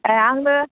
एह आंनो